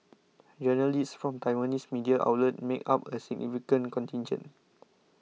journalists from Taiwanese media outlets make up a significant contingent